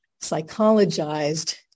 psychologized